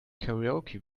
karaoke